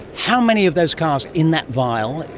how many of those cars in that vial? and